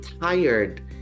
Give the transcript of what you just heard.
tired